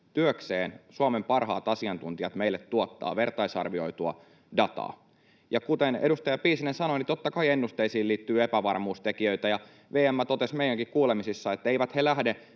virkamiehet, Suomen parhaat asiantuntijat työkseen meille tuottavat, vertaisarvioitua dataa. Ja kuten edustaja Piisinen sanoi, niin totta kai ennusteisiin liittyy epävarmuustekijöitä. VM totesi meidänkin kuulemisissamme, että eivät he lähde